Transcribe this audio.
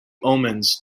omens